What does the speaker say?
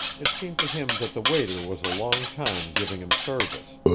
it seemed to him that the waiter was a long time giving him service.